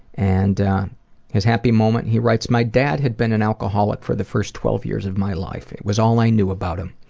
and his happy moment, he writes, my dad had been an alcoholic for the first twelve years of my life. it was all i knew about him.